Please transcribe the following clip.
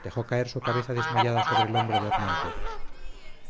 dejó caer su cabeza desmayada sobre el hombro de hernán pérez